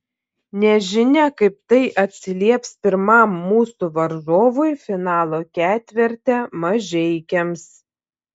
nežinia kaip tai atsilieps pirmam mūsų varžovui finalo ketverte mažeikiams